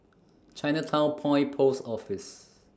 Chinatown Point Post Office